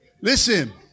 Listen